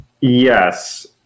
Yes